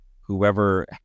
whoever